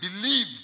believe